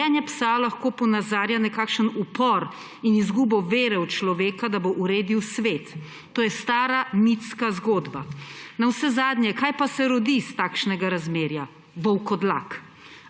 Dojenje psa lahko ponazarja nekakšen upor in izgubo vere v človeka, da bo uredil svet. To je stara mitska zgodba. Navsezadnje, kaj pa se rodi s takšnega razmerja. Volkodlak.